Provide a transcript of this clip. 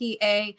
PA